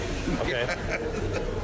Okay